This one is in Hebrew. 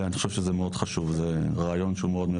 אז אני חושב שזה מאוד חשוב ושמדובר ברעיון מבורך.